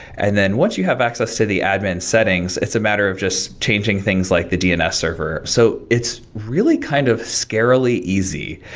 and then once you have access to the admin settings, it's a matter of just changing things like the dns server so it's really kind of scarily easy.